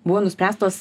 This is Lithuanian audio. buvo nuspręstos